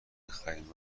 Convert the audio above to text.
بخریم